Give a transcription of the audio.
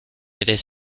eres